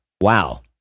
wow